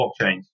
blockchains